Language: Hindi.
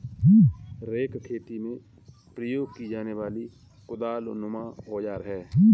रेक खेती में प्रयोग की जाने वाली कुदालनुमा औजार है